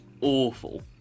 awful